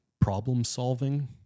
problem-solving